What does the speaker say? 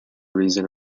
reason